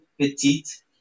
petite